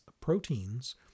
proteins